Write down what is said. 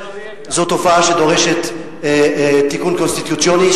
זו תופעה שדורשת תיקון קונסטיטוציוני,